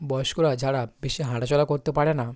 বয়স্করা যারা বেশি হাঁটা চলা করতে পারে না